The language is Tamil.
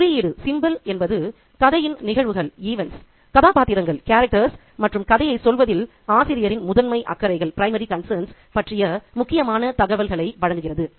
குறியீடு என்பது கதையின் நிகழ்வுகள் கதாபாத்திரங்கள் மற்றும் கதையைச் சொல்வதில் ஆசிரியரின் முதன்மை அக்கறைகள் பற்றிய முக்கியமான தகவல்களை வழங்குகிறது